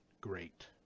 great